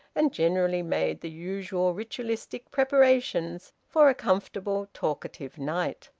and generally made the usual ritualistic preparations for a comfortable talkative night.